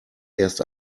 erst